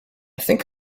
think